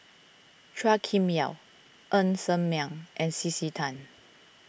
Chua Kim Yeow Ng Ser Miang and C C Tan